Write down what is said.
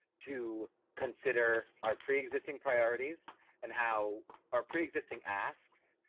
to consider our pre existing priorities and how our pre existing asks,